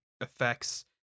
effects